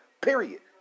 Period